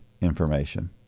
information